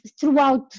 throughout